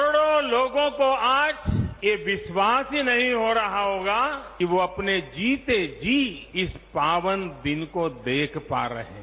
करोड़ों लोगों को आज ये विश्वास ही नहीं हो रहा होगा कि वो अपने जीते जी इस पावन दिन को देख पा रहे हैं